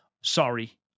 Sorry